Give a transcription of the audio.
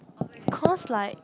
cause like